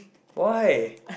why